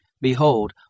Behold